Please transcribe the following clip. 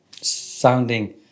sounding